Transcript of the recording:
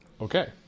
Okay